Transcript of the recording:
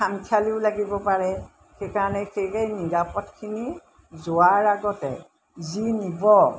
সামখালিও লাগিব পাৰে সেইকাৰণে সেইগে নিৰাপদখিনি যোৱাৰ আগতে যি নিব